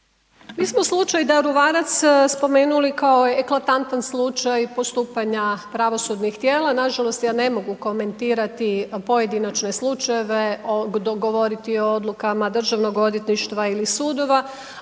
Mi smo slučaj Daruvarac spomenuli kao eklatantan slučaj postupanja pravosudnih tijela, nažalost ja ne mogu komentirati pojedinačne slučajeve, govoriti o odlukama Državnog odvjetništva ili sudova,